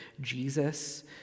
Jesus